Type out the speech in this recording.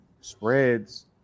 spreads